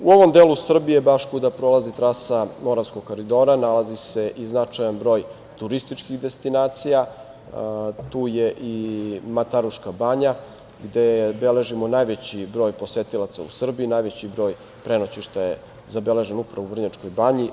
U ovom delu Srbije baš kuda prolazi trasa Moravskog koridora nalazi se i značajan broj turističkih destinacija, tu je i Mataruška banja, gde beležimo najveći broj posetilaca u Srbiji, najveći broj prenoćišta je zabeležen upravo u Vrnjačkoj banji.